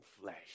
flesh